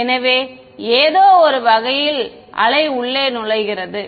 எனவே ஏதோ ஒரு வகையில் அலை உள்ளே நுழைகிறது